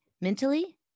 mentally